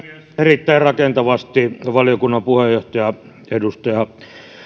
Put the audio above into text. erittäin rakentavasti valiokunnan puheenjohtaja edustaja